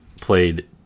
played